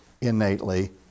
innately